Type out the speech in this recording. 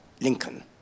Lincoln